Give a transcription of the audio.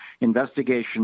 investigation